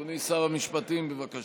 אדוני שר המשפטים, בבקשה.